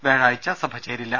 വ്യാഴാഴ്ച സഭ ചേരില്ല